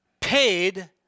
paid